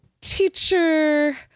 teacher